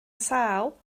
sâl